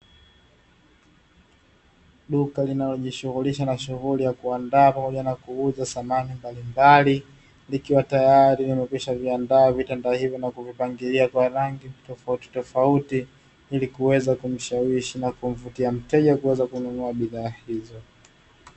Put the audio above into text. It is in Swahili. Duka linalojishughulisha na shughuli ya kuandaa pamoja na kuuza samani mbalimbali, likiwa tayari limekwisha viandaa vitanda hivi na kuvipangilia kwa rangi tofauti tofauti ili kuweza kumshawishi na kumvutia mteja kuweza kununua bidhaa hizo.